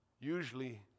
usually